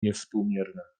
niewspółmierne